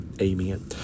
Amen